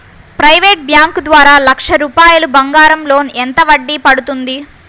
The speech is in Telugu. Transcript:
ప్రైవేట్ బ్యాంకు ద్వారా లక్ష రూపాయలు బంగారం లోన్ ఎంత వడ్డీ పడుతుంది?